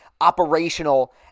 operational